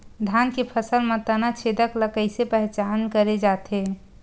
धान के फसल म तना छेदक ल कइसे पहचान करे जाथे?